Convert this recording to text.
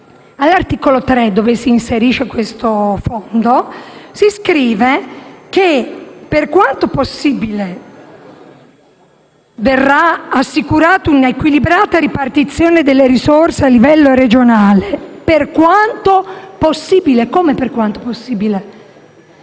all'articolo 3, dove si inserisce questo fondo, è scritto che, per quanto possibile, verrà assicurata un'equilibrata ripartizione delle risorse a livello regionale. «Per quanto possibile»? Ma come?